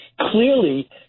clearly